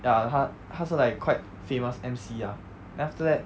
ya 他他是 like quite famous emcee ah after that